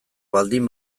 baldin